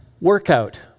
Workout